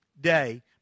day